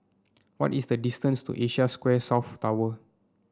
what is the distance to Asia Square South Tower